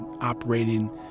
operating